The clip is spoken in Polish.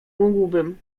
mógłbym